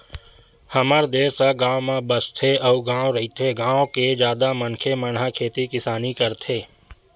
हमर देस ह गाँव म बसथे अउ गॉव रहिथे, गाँव के जादा मनखे मन ह खेती किसानी करथे